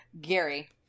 Gary